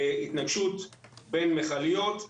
התנגשות בין מכליות,